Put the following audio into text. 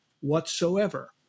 whatsoever